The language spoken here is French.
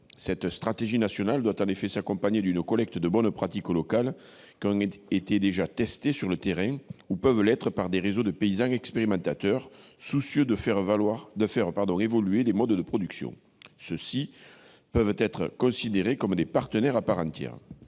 Cette stratégie nationale doit en effet s'accompagner d'une collecte de bonnes pratiques locales qui ont déjà été testées sur le terrain ou peuvent l'être par des réseaux de paysans expérimentateurs, soucieux de faire évoluer les modes de production. Ceux-ci peuvent être considérés comme des partenaires à part entière.